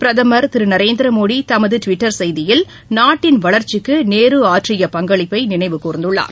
பிரதமர் திரு நரேந்திரமோடி தமது டுவிட்டர் செய்தியில் நாட்டின் வளர்ச்சிக்கு நேரு ஆற்றிய பங்களிப்பை அவர் நினைவு கூர்ந்துள்ளார்